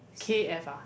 K F ah